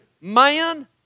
man